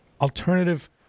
alternative